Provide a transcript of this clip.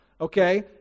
okay